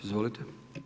Izvolite.